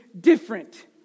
different